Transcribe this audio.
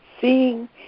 seeing